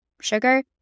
sugar